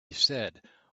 said